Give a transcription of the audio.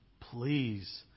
please